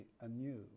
anew